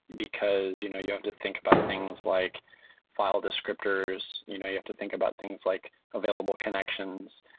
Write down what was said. because you know you have to think about things like file descriptors. you know you have to think about things like available connections.